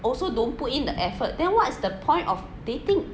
also don't put in the effort then what's the point of dating